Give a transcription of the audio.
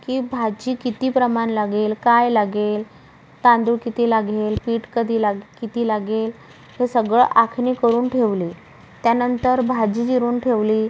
की भाजी किती प्रमाण लागेल काय लागेल तांदूळ किती लागेल पीठ कधी लाग किती लागेल हे सगळं आखणी करून ठेवली त्यानंतर भाजी जिरून ठेवली